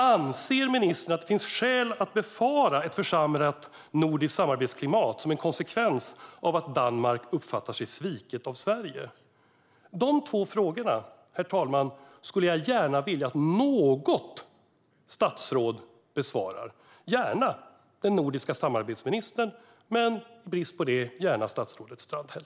Anser ministern att det finns skäl att befara ett försämrat nordiskt samarbetsklimat som en konsekvens av att Danmark uppfattar sig sviket av Sverige? De två frågorna skulle jag, herr talman, gärna vilja att något statsråd besvarade - gärna den nordiska samarbetsministern, men i brist på detta gärna statsrådet Strandhäll.